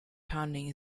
pounding